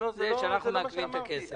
שאנחנו מעכבים את הכסף.